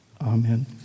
Amen